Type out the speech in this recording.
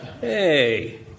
Hey